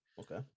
Okay